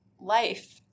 life